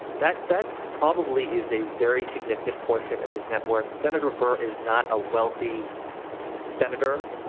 that that probably is a very significant portion of his net worth. senator burr is not a wealthy senator.